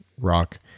rock